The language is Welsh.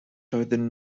doedden